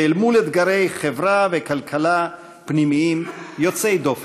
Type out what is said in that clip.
ואל מול אתגרי חברה וכלכלה פנימיים יוצאי דופן.